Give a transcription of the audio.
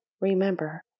Remember